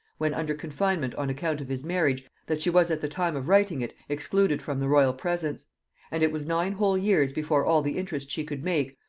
when under confinement on account of his marriage, that she was at the time of writing it excluded from the royal presence and it was nine whole years before all the interest she could make,